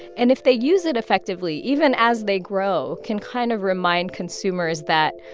and if they use it effectively even as they grow, can kind of remind consumers that,